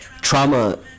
Trauma